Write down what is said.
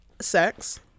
sex